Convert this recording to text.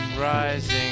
rising